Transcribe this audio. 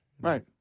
Right